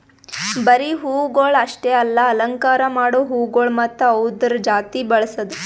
ಬರೀ ಹೂವುಗೊಳ್ ಅಷ್ಟೆ ಅಲ್ಲಾ ಅಲಂಕಾರ ಮಾಡೋ ಹೂಗೊಳ್ ಮತ್ತ ಅವ್ದುರದ್ ಜಾತಿ ಬೆಳಸದ್